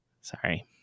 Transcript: sorry